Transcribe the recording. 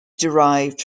derived